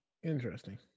Interesting